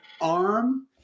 arm